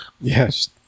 Yes